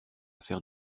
faire